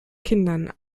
kindern